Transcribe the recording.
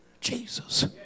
Jesus